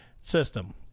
system